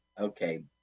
Okay